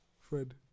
Fred